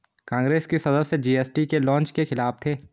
कांग्रेस के सदस्य जी.एस.टी के लॉन्च के खिलाफ थे